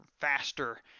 faster